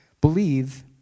believe